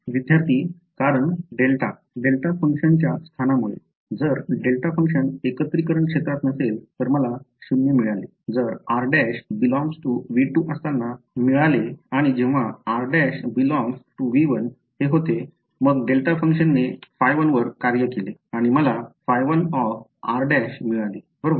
विद्यार्थीः कारण delta delta फंक्शनच्या स्थानामुळे जर डेल्टा फंक्शन एकत्रिकरण क्षेत्रात नसेल तर मला 0 मिळाले जे r′∈ V 2 असताना घडले आणि जेव्हा r′∈ V 1 हे होते मग डेल्टा फंक्शनने ϕ1 वर कार्य केले आणि मला ϕ1r′मिळाले बरोबर